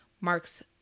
marks